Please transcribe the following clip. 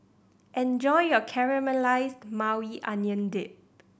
enjoy your Caramelized Maui Onion Dip